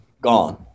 gone